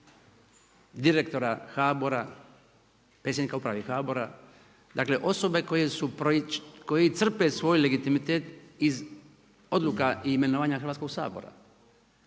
direktora HBOR-a, predsjednika uprava HBOR-a, dakle osobe koje crpe svoj legitimitet iz odluka i imenovanja Hrvatskog sabora.